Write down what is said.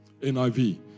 NIV